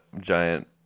giant